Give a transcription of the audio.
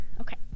Okay